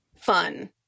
fun